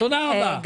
תודה רבה.